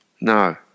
No